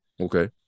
okay